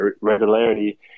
regularity